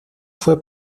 fue